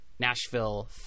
Nashville